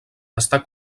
està